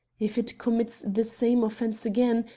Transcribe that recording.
if it commits the same offence again,